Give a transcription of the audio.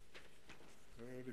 חברי חברי הכנסת,